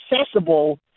accessible